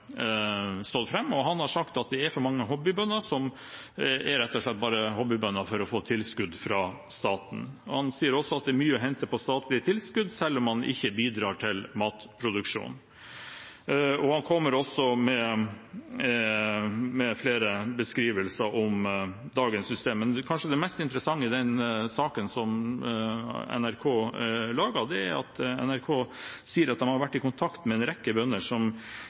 stått fram. Han har sagt at det er for mange hobbybønder som er bønder rett og slett for å få tilskudd fra staten. Han sier også at det er mye å hente på statlige tilskudd, selv om man ikke bidrar til matproduksjon. Han kommer også med flere beskrivelser av dagens system. Kanskje det mest interessante i denne saken som NRK laget, er at NRK sier de har vært i kontakt med en rekke bønder som